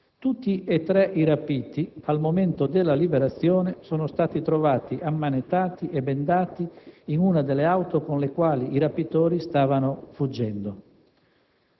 Tutti e tre i rapiti, al momento della liberazione, sono stati trovati ammanettati e bendati in una delle auto con le quali i rapitori stavano fuggendo.